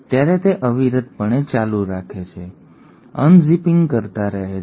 ત્યારે તે અવિરત પણે ચાલુ રાખે છે અનઝિંગ કરતા રહે છે